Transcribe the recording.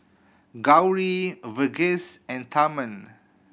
Gauri Verghese and Tharman